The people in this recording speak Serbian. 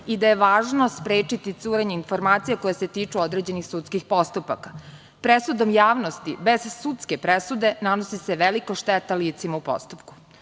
i da je važno sprečiti curenje informacija koje se tiču određenih sudskih postupaka. Presudom javnosti bez sudske presude nanosi se velika šteta licima u postupku.